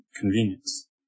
convenience